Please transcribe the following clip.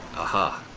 aha.